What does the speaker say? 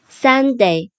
Sunday